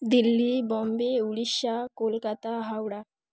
Delhi Bombay Orissa Kolkata Howrah